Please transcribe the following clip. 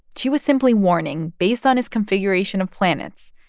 she was simply warning, based on his configuration of planets,